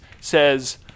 says